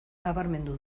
nabarmendu